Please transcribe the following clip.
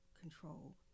control